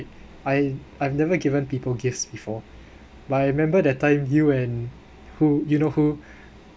I I've never given people gifts before but I remember that time you and who you know who